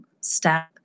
step